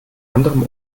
anderem